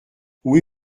oui